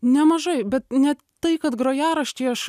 nemažai bet ne tai kad grojarašči aš